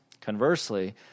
Conversely